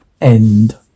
End